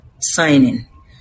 signing